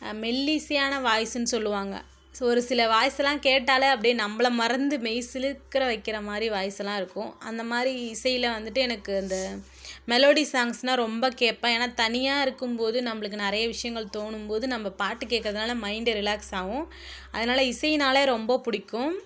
மெல்லிசையான வாய்ஸுன்னு சொல்லுவாங்கள் ஒருசில வாய்ஸெல்லாம் கேட்டாலே அப்டி நம்மள மறந்து மெய்சிலிர்க்கிற வைக்கிற மாதிரி வாய்ஸெல்லாம் இருக்கும் அந்த மாதிரி இசையில் வந்துட்டு எனக்கு அந்த மெலோடி சாங்ஸ்னா ரொம்ப கேட்பேன் ஏன்னா தனியா இருக்கும்போது நம்மளுக்கு நெறைய விஷயங்கள் தோணும்போது நம்ம பாட்டு கேட்கறதனால மைண்டு ரிலாக்ஸ் ஆகும் அதனால இசைன்னாலே ரொம்ப பிடிக்கும்